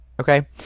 Okay